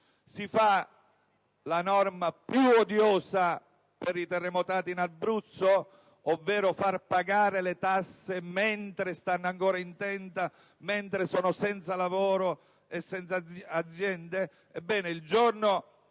la norma più odiosa per i terremotati in Abruzzo, ovvero si fanno pagare loro le tasse mentre stanno ancora in tenda, mentre sono senza lavoro e senza aziende.